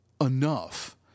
enough